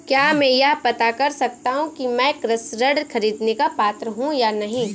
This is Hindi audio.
क्या मैं यह पता कर सकता हूँ कि मैं कृषि ऋण ख़रीदने का पात्र हूँ या नहीं?